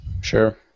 Sure